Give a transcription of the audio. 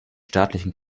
staatlichen